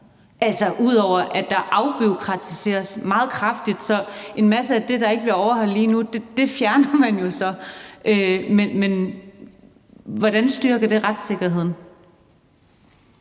altså ud over at der afbureaukratiseres meget kraftigt, så en masse af det, der ikke bliver overholdt lige nu, jo bliver fjernet. Men hvordan styrker det retssikkerheden?